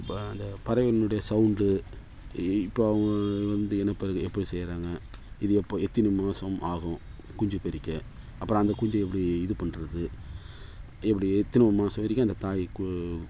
இப்போ அந்த பறவையினுடைய சவுண்டு இப்போ வந்து இனப்பெருக்கம் எப்போ செய்கிறாங்க இது எப்போ எத்தனி மாதம் ஆகும் குஞ்சு பொரிக்க அப்புறம் அந்த குஞ்சை எப்படி இது பண்ணுறது இப்படி எத்தனி மாதம் வரைக்கும் அந்த தாய் கு